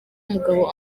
mugabo